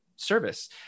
service